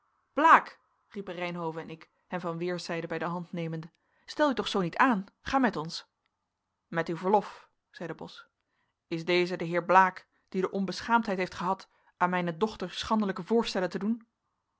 blaek riepen reynhove en ik hem van weerszijden bij de hand nemende stel u toch zoo niet aan ga met ons met uw verlof zeide bos is deze de heer blaek die de onbeschaamdheid heeft gehad aan mijne dochter schandelijke voorstellen te doen